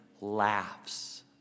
laughs